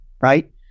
right